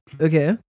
Okay